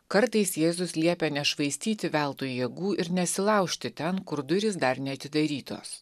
kartais jėzus liepia nešvaistyti veltui jėgų ir nesilaužti ten kur durys dar neatidarytos